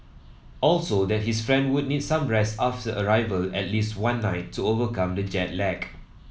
also that his friend would need some rest after arrival at least one night to overcome the jet lag